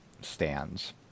stands